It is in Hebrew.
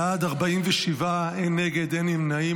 בעד, 47, אין נגד, אין נמנעים.